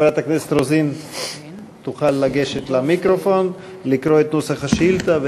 חברת הכנסת רוזין תוכל לגשת למיקרופון לקרוא את נוסח השאילתה.